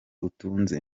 utunze